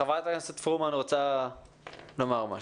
חברת הכנסת פרומן רוצה לומר משהו.